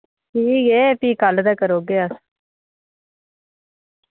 ठीक ऐ फ्ही कल तकर औगे अस